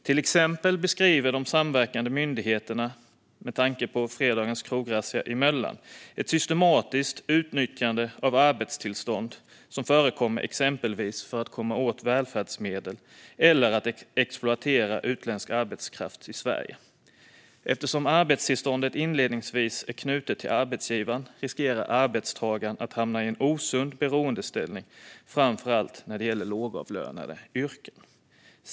Till exempel beskriver de samverkande myndigheterna, med tanke på fredagens krograzzia i Möllan, ett systematiskt utnyttjande av arbetstillstånd som förekommer exempelvis för att komma åt välfärdsmedel eller exploatera utländsk arbetskraft i Sverige. Eftersom arbetstillståndet inledningsvis är knutet till arbetsgivaren riskerar arbetstagaren att hamna i en osund beroendeställning, framför allt när det gäller lågavlönade yrken.